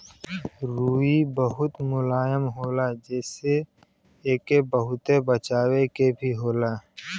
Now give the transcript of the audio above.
रुई बहुत मुलायम होला जेसे एके बहुते बचावे के भी होला